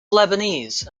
lebanese